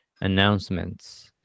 announcements